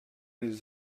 les